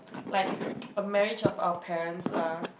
like a marriage of our parents ah